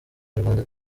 nyarwanda